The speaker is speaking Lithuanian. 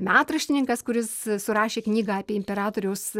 metraštininkas kuris surašė knygą apie imperatoriaus